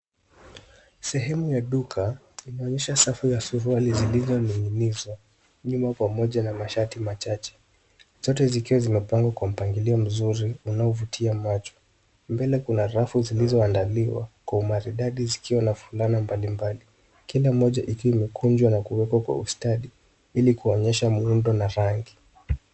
Sehemu ya duka, inaonyesha sehemu ya suruali zilizoning'inizwa, nyuma pamoja na mashati machache zote zikiwa zimepangwa kwa mpangilio mzuri, unaovutia macho. Mbele kuna rafu zilizoandaliwa, kwa umaridadi zikiwa na fulana mbalimbali, kila moja ikiwa imekunjwa na kuwekwa kwa ustadi, ili kuonyesha muundo na rangi.